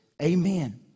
Amen